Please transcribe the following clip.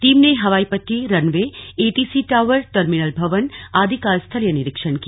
team ने हवाई पट्टी runway A T C tower terminal भवन आदि का स्थलीय निरीक्षण किया